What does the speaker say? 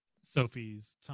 sophie's